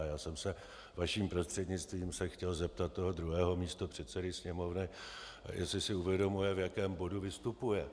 Já jsem se vaším prostřednictvím chtěl zeptat toho druhého místopředsedy Sněmovny, jestli si uvědomuje, v jakém bodu vystupuje.